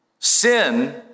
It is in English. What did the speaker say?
Sin